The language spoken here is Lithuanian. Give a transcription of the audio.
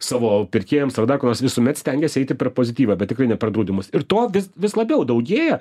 savo pirkėjams ar dar ko nors visuomet stengiasi eiti per pozityvą bet tikrai ne per draudimus ir to vis vis labiau daugėja